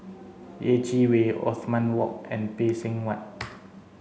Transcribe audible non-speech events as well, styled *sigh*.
Yeh Chi Wei Othman Wok and Phay Seng Whatt *noise*